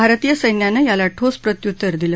भारतीय सैन्यानं याला ठोस प्रत्युत्तर दिलं